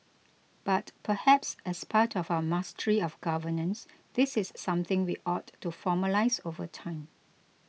but perhaps as part of our mastery of governance this is something we ought to formalise over time